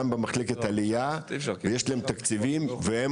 גם במחלקת עלייה ויש להם תקציבים והם